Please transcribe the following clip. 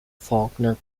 faulkner